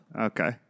Okay